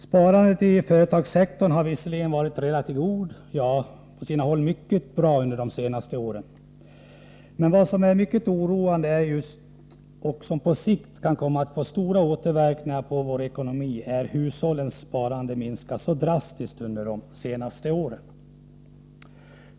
Sparandet i företagssektorn har visserligen varit relativt bra — på sina håll mycket bra — under de senaste åren. Men vad som är mycket oroande och som på sikt kan komma att få stora återverkningar på vår ekonomi är att hushållens sparande minskat så drastiskt under de senaste åren.